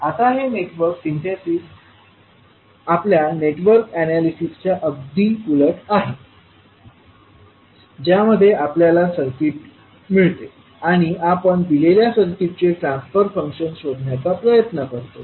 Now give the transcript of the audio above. आता हे network synthesis आपल्या नेटवर्क अॅनालिसिसच्या अगदी उलट आहे ज्यामध्ये आपल्याला सर्किट मिळते आणि आपण दिलेल्या सर्किटचे ट्रान्सफर फंक्शन शोधण्याचा प्रयत्न करतो